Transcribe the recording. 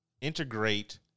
integrate